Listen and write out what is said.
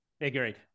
Agreed